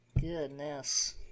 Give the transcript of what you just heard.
Goodness